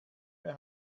mehr